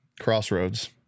crossroads